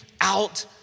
out